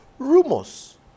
Rumors